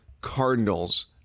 Cardinals